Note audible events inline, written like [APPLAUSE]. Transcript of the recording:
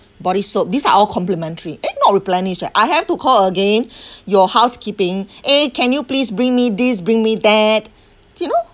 body soap these are our complimentary eh not replenished ah I have to call again [BREATH] your housekeeping eh can you please bring me these bring me that you know